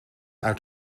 uit